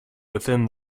within